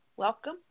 Welcome